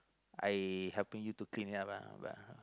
I helping you to clean it up lah